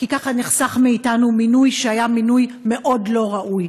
כי כך נחסך מאיתנו מינוי שהיה מינוי מאוד לא ראוי.